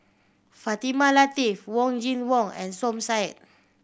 Fatimah Lateef Wong Kin Jong and Som Said